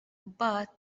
but